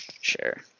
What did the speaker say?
sure